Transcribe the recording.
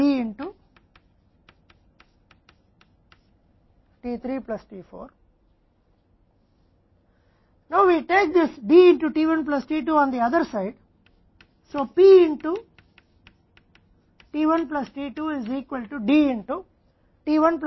अब हम इस D को t 1 में दूसरी तरफ t 2 में ले जाते हैं इसलिए पी में t1 प्लस t 2 D के बराबर है